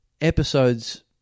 episodes